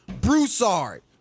Broussard